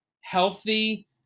healthy